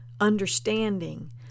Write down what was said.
understanding